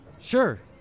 Sure